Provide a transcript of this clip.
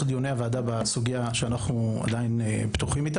דיוני הוועדה בסוגייה שעדיין נשארה פתוחה.